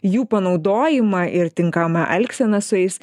jų panaudojimą ir tinkamą elgseną su jais